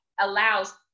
allows